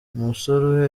umusore